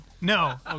No